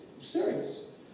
Serious